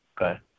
Okay